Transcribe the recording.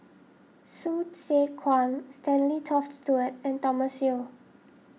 Hsu Tse Kwang Stanley Toft Stewart and Thomas Yeo